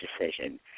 decision